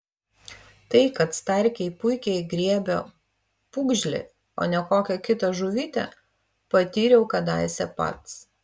tai kad starkiai puikiai griebia pūgžlį o ne kokią kitą žuvytę patyriau kadaise pats